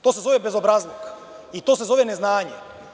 To je bezobrazluk i to se zove neznanje.